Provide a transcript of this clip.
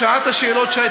בשעת השאלות,